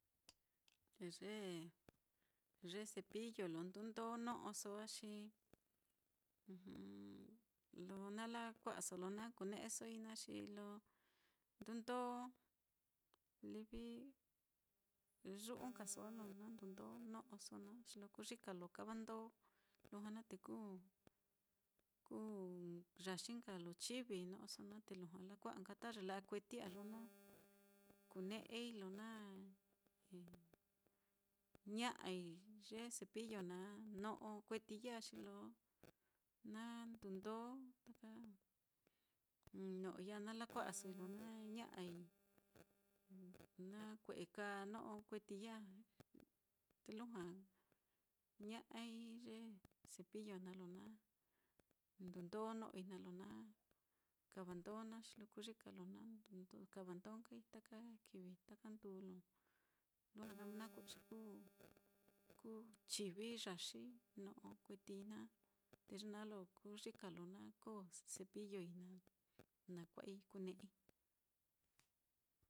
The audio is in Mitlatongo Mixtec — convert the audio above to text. Te ye ye cepillo lo ndundó no'oso á, xi lo na lakua'aso lo na kune'esoi xi lo ndundó livi yu'u nkaso á, lo na ndundó no'oso xi lo kuyika lo kavandó lujua na te ku kuu yaxi nka lo chivi no'oso naá, te lujua lakua'a nka ta ye la'a kueti á, lo na kune'ei lo na ña'ai ye cepillo naá no'o kuetii ya á, xi lo na ndundó, taka no'oi ya á, na lakua'asoi na ña'ai na kue'e kaa no'o kuetii ya á, te lujua ña'ai ye cepillo naá, lo na ndundó no'oi naá lo na kava ndó naá xi lo kuyika lo na kava ndó nka taka kivi taka nduu lo lujua nka nakue'e ye kuute ye na kú chivi yaxi no'o kuetii naá, te ye naá lo kuyika lo na koo cepilloi naá na kua'ai kune'ei.